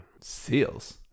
Seals